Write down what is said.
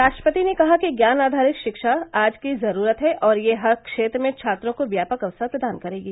राष्ट्रपति ने कहा कि ज्ञान आधारित शिक्षा आज की जरूरत है और यह हर क्षेत्र में छात्रों को व्यापक अवसर प्रदान करेगी